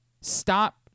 Stop